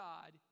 God